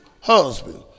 husband